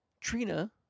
Trina